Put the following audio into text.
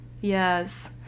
yes